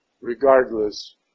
Regardless